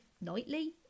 nightly